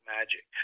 Magic